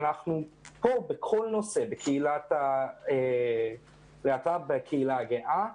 בכל נושא בקהילת הלהט"ב, בקהילה הגאה,